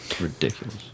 Ridiculous